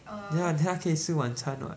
ya then 她可以吃晚餐 [what]